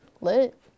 Lit